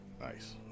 nice